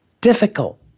difficult